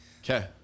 Okay